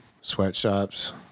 Sweatshops